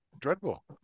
Dreadful